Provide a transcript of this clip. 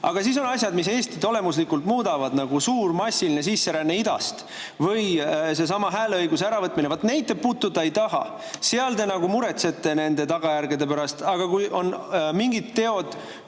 Aga siis on asjad, mis Eestit olemuslikult muudavad, nagu suur massiline sisseränne idast või seesama hääleõigus. Vaat, neid te puutuda ei taha, seal te nagu muretsete tagajärgede pärast, aga kui on mingid teod,